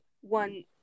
one